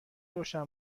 روشن